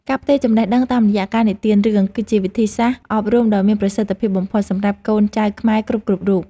ការផ្ទេរចំណេះដឹងតាមរយៈការនិទានរឿង គឺជាវិធីសាស្ត្រអប់រំដ៏មានប្រសិទ្ធភាពបំផុតសម្រាប់កូនចៅខ្មែរគ្រប់ៗរូប។